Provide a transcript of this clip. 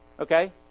okay